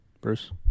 Bruce